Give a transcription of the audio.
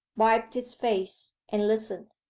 wiped his face, and listened.